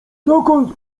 dokąd